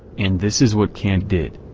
and this is what kant did.